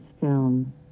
film